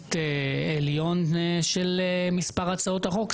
היחסית עליון של מספר הצעות החוק.